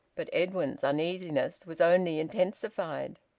but edwin's uneasiness was only intensified.